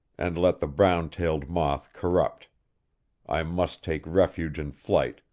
and let the brown-tailed moth corrupt i must take refuge in flight,